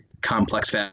complex